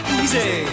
easy